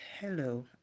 hello